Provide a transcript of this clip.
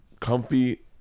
Comfy